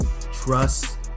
trust